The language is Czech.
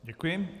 Děkuji.